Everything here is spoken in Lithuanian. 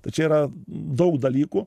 tai čia yra daug dalykų